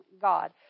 God